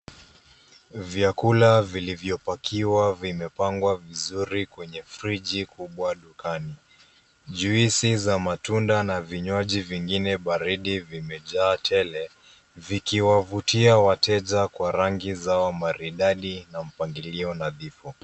Vyakula vilivyopakiwa vimepangwa vizuri kwenye friji kubwa dukani. Jwisi za matunda na vinywaji vingine baridi vimejaa tele vikiwavutia wateja kwa rangi zao maridadi na mpangilio nadhifu.